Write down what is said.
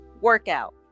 workout